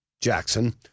Jackson